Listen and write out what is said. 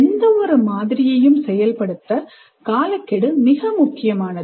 எந்த ஒரு மாதிரியும் செயல்படுத்த காலக்கெடு மிக முக்கியமானது